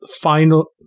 final